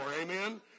Amen